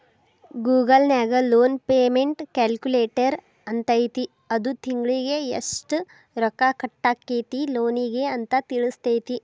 Google ನ್ಯಾಗ loan payment calculator ಅಂತೈತಿ ಅದು ತಿಂಗ್ಳಿಗೆ ಯೆಷ್ಟ್ ರೊಕ್ಕಾ ಕಟ್ಟಾಕ್ಕೇತಿ ಲೋನಿಗೆ ಅಂತ್ ತಿಳ್ಸ್ತೆತಿ